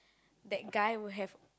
that guy will have